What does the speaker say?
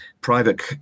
private